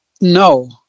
no